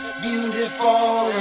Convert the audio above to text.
beautiful